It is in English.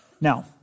Now